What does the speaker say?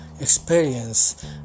experience